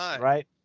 right